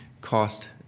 cost